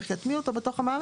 איך יטמיעו אותו בתוך המערכת,